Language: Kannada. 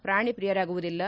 ಪ್ರಾಣಿ ಪ್ರಿಯರಾಗುವುದಿಲ್ಲ